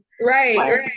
Right